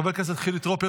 חבר הכנסת חילי טרופר,